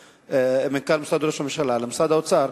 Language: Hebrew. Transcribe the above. בין מנכ"ל משרד ראש הממשלה למשרד האוצר,